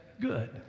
good